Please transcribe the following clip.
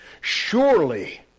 Surely